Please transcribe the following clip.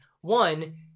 one